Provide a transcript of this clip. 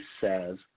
says